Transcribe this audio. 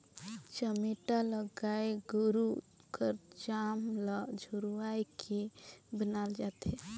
चमेटा ल गाय गरू कर चाम ल झुरवाए के बनाल जाथे